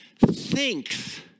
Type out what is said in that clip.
thinks